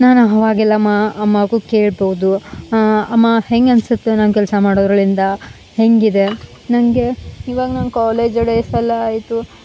ನಾನು ಅವಾಗೆಲ್ಲ ಅಮ್ಮಾ ಅಮ್ಮಗು ಕೇಳ್ಬೋದು ಅಮ್ಮ ಹೆಂಗ ಅನ್ಸತ್ತೆ ನಾನು ಕೆಲಸ ಮಾಡ್ರೋರಲ್ಲಿಂದ ಹೇಗಿದೆ ನನಗೆ ಇವಾಗ ನಾನು ಕಾಲೇಜ್ ಡೇಸ್ ಎಲ್ಲಾ ಆಯಿತು ನಾನು